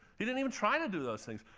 he didn't even try to do those things.